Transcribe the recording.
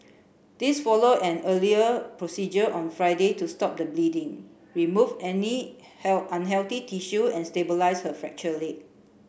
this follow an earlier procedure on Friday to stop the bleeding remove any unhealthy tissue and stabilise her leg